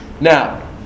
Now